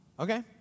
Okay